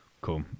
cool